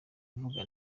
mvuga